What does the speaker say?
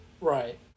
Right